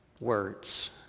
Words